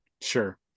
sure